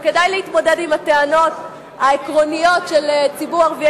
וכדאי להתמודד עם הטענות העקרוניות של ציבור ערביי